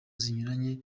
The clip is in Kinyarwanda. zinyuranye